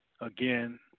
again